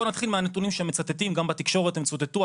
בוא נתחיל מהנתונים שמצטטים גם בתקשורת הם צוטטו,